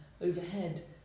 overhead